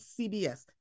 CBS